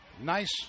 Nice